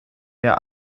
der